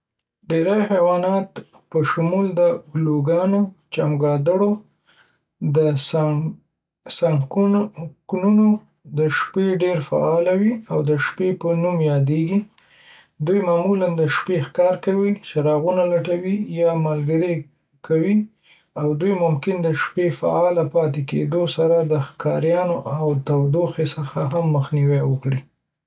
ډیری حیوانات، په شمول د الوګانو، چمګادو او سکنکونو، د شپې ډیر فعال وي او د شپې په نوم یادیږي. دوی معمولا د شپې ښکار کوي، څراغونه لټوي، یا ملګری کوي، او دوی ممکن د شپې فعال پاتې کیدو سره د ښکاریانو او تودوخې څخه هم مخنیوی وکړي.